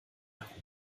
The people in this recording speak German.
herum